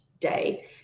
day